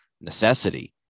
necessity